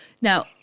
Now